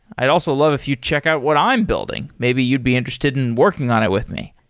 i'd also love if you check out what i'm building. maybe you'd be interested in working on it with me.